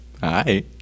Hi